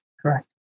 Correct